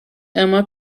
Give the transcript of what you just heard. اما